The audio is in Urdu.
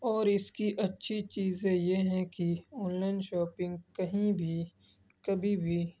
اور اس کی اچھی چیزیں یہ ہیں کہ آنلائن شاپنگ کہیں بھی کبھی بھی